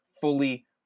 fully